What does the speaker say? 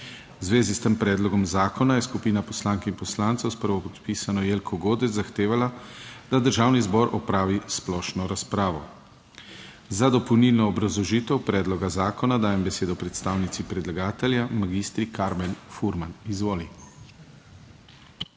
zvezi s tem predlogom zakona je skupina poslank in poslancev s prvopodpisano Jelko Godec zahtevala, da Državni zbor opravi splošno razpravo. Za dopolnilno obrazložitev predloga zakona dajem besedo predstavnici predlagatelja, magistri Karmen Furman, izvoli.